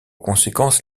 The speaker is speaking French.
conséquence